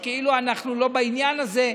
כאילו אנחנו לא בעניין הזה.